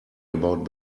about